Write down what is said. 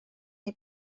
neu